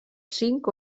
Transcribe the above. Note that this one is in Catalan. cinc